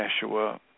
Yeshua